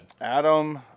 Adam